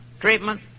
treatment